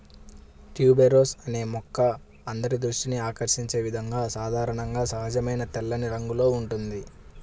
tuberose అనే మొక్క అందరి దృష్టిని ఆకర్షించే విధంగా సాధారణంగా సహజమైన తెల్లని రంగులో ఉంటుంది